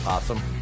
awesome